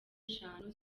eshanu